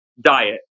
diet